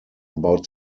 about